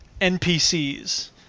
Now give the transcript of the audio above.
NPCs